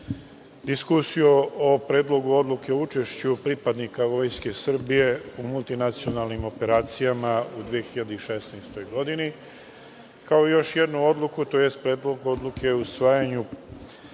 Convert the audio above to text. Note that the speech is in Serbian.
diskusiju o Predlogu odluke o učešću pripadnika Vojske Srbije u multinacionalnim operacijama u 2016. godini, kao i još jedan Predlog odluke o usvajanju